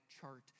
chart